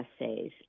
essays